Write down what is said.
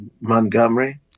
Montgomery